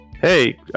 hey